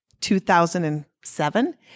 2007